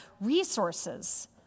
resources